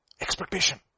Expectation